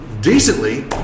decently